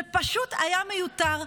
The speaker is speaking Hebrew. זה פשוט היה מיותר.